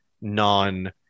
non